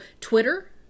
Twitter